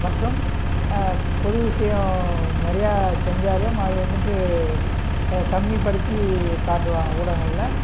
மற்றும் பொது விஷயம் நிறையா செஞ்சாலும் அது வந்துட்டு கம்மிப்படுத்தி காட்டுவாங்க ஊடகங்களில்